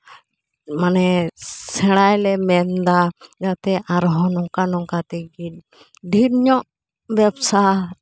ᱢᱟᱱᱮ ᱥᱮᱬᱟᱭ ᱞᱮ ᱢᱮᱱᱮᱫᱟ ᱡᱟᱛᱮ ᱟᱨᱦᱚᱸ ᱱᱚᱝᱠᱟ ᱱᱚᱝᱠᱟ ᱛᱮᱜᱮ ᱰᱷᱮᱨ ᱧᱚᱜ ᱵᱮᱵᱥᱟ